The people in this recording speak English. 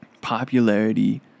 popularity